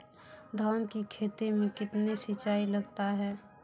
धान की खेती मे कितने सिंचाई लगता है?